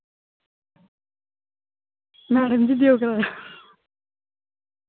madam ji देओ कराया